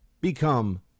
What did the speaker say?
become